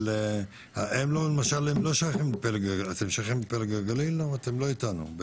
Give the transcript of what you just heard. אבל הן למשל לא שייכים לפלג הגליל או אתם לא איתם?